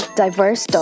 diverse